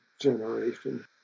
generation